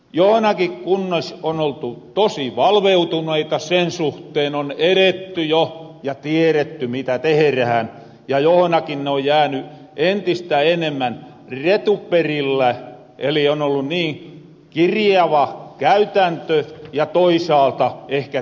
johonakin kunnas on oltu tosi valveutuneita sen suhteen on edetty jo ja tiedetty mitä tehrähän ja johonakin ne on jääny entistä enemmän retuperille eli on ollu niin kirjava käytäntö ja toisaalta ehkä tietous